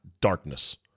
darkness